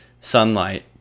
sunlight